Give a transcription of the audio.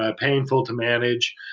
ah painful to manage.